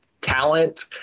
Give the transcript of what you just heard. talent